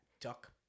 Duck